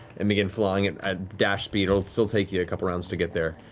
and begin flying and at dash speed. it'll still take you a couple rounds to get there.